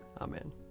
Amen